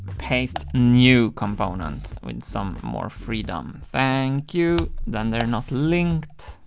paste, new component with some more freedom. thank you, then they're not linked.